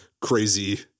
crazy